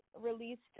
released